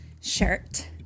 shirt